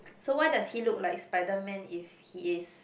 so why does he look like spiderman if he is